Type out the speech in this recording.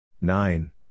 Nine